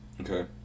Okay